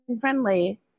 friendly